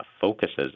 focuses